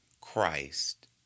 Christ